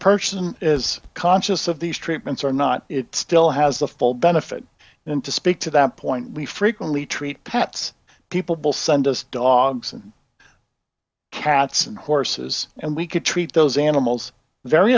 person is conscious of these treatments or not it still has the full benefit and to speak to that point we frequently treat pets people will send us dogs and cats and horses and we could treat those animals very